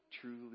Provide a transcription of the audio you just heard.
truly